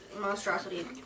monstrosity